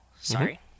Sorry